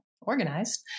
organized